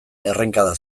errenkada